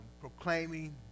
proclaiming